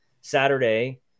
saturday